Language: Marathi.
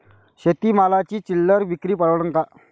शेती मालाची चिल्लर विक्री परवडन का?